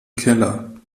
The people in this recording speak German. keller